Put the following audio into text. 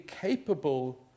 capable